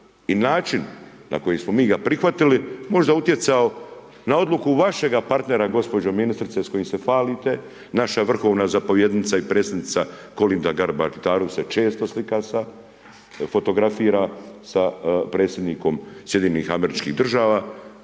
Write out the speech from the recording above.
i način na koji smo mi ga prihvatili možda utjecao na odluku vašega partnera gospođo ministrice s kojim se hvalite, naša vrhovna zapovjednica i predsjednica Kolinda Grabar Kitarović će se često slika sa, fotografira sa predsjednikom Sjedinjenih Američkih Država,